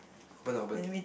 open ah open